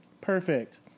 Perfect